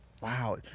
Wow